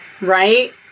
Right